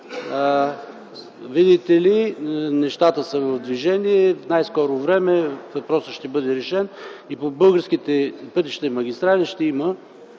видите ли, нещата са в движение, в най-скоро време въпросът ще бъде решен и по българските пътища и магистрали ще има